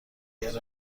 دیگر